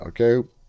okay